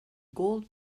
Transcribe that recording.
gold